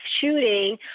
shooting